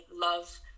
love